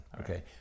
okay